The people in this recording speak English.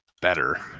better